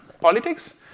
politics